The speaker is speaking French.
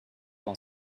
dans